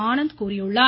ஆனந்த் கூறியுள்ளார்